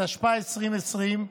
התשפ"א 2020,